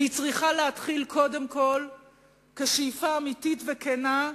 והוא צריך להתחיל קודם כול כשאיפה אמיתית וכנה,